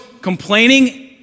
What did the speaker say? complaining